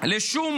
לשום